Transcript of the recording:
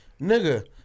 Nigga